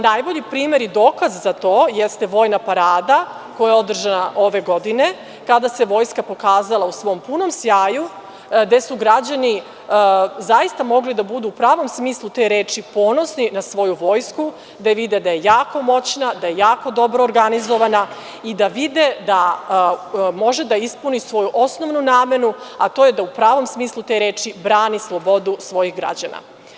Najbolji primer i dokaz za to jeste vojna parada koja je održana ove godine, kada se vojska pokazala u svom punom sjaju, gde su građani zaista mogli da budu u pravom smislu te reči ponosni na svoju vojsku, da je vide da je jako moćna, da je jako dobro organizovana i da vide da može da ispuni svoju osnovnu namenu, a to je da u pravom smislu te reči brani slobodu svojih građana.